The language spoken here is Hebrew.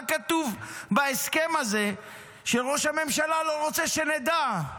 מה כתוב בהסכם הזה שראש הממשלה לא רוצה שנדע?